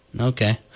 Okay